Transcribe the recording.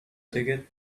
ticket